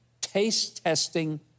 taste-testing